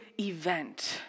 event